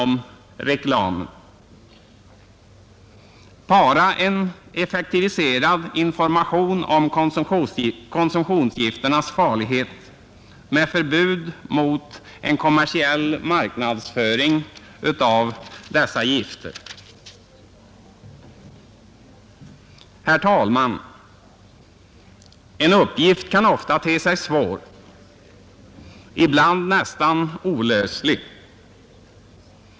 Man kunde bedriva en effektiviserad information om konsumtionsgifternas farlighet och införa förbud mot en kommersiell marknadsföring av dessa gifter. Herr talman! En uppgift kan ofta te sig svår, ibland nästan olöslig.